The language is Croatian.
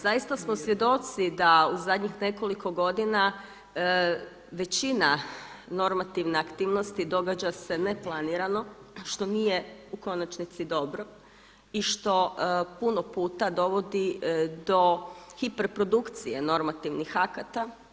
Zaista smo svjedoci da u zadnjih nekoliko godina većina normativne aktivnosti događa se neplanirano što nije u konačnici dobro i što puno puta dovodi do hiperprodukcije normativnih akata.